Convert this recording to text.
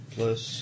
Plus